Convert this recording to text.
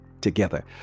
together